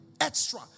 extra